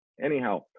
Anyhow